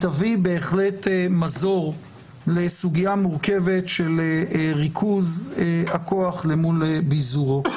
תביא בהחלט מזור לסוגיה מורכבת של ריכוז הכוח למול ביזורו.